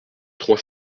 trois